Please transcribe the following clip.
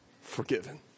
forgiven